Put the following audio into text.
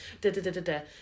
da-da-da-da-da